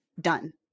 Done